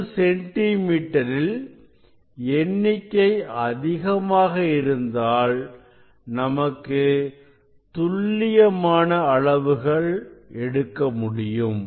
ஒரு சென்டி மீட்டரில் எண்ணிக்கை அதிகமாக இருந்தால் நமக்கு துல்லியமான அளவுகள் எடுக்க முடியும்